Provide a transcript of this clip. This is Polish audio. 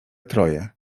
troje